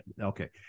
Okay